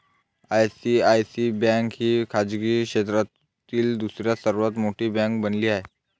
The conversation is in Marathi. आय.सी.आय.सी.आय ही बँक खाजगी क्षेत्रातील दुसरी सर्वात मोठी बँक बनली आहे